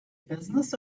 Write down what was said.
business